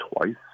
twice